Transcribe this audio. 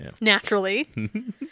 Naturally